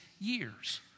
years